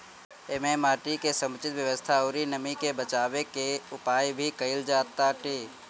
एमे माटी के समुचित व्यवस्था अउरी नमी के बाचावे के उपाय भी कईल जाताटे